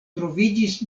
troviĝis